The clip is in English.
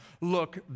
Look